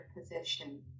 position